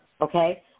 Okay